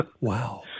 Wow